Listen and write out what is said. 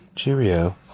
Cheerio